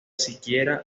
siquiera